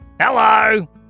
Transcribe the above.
Hello